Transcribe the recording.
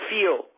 feel